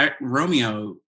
Romeo